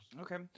Okay